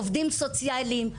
עובדים סוציאליים,